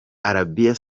arabia